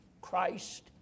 Christ